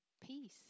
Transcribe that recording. peace